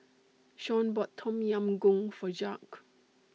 Shaun bought Tom Yam Goong For Jacques